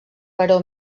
però